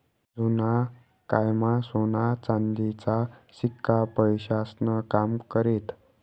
जुना कायमा सोना चांदीचा शिक्का पैसास्नं काम करेत